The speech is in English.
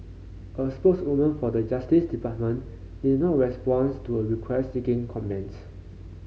a spokeswoman for the Justice Department didn't respond to a request seeking comments